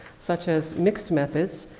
such as mixed methods,